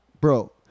Bro